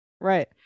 Right